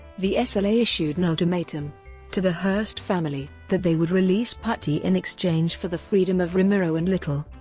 the sla issued an ultimatum to the hearst family that they would release patty in exchange for the freedom of remiro and little.